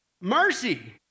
Mercy